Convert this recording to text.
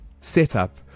setup